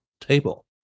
table